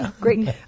great